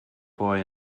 boy